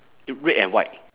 red and white